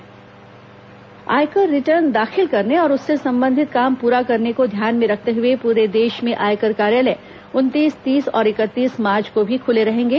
आयकर आयकर दाखिल करने और उससे संबंधित काम पूरा करने को ध्यान में रखते हुए पूरे देश में आयकर कार्यालय उनतीस तीस और इकतीस मार्च को भी खुले रहेंगे